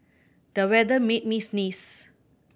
the weather made me sneeze